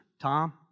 Tom